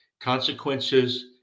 consequences